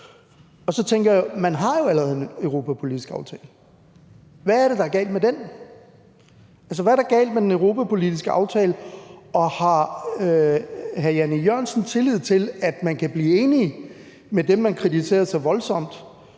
Og så tænker jeg: Man har jo allerede en europapolitisk aftale, og hvad er det, der er galt med den? Hvad er der galt med den europapolitiske aftale, og har hr. Jan E. Jørgensen tillid til, at man kan blive enige med dem, som man kritiserede så voldsomt,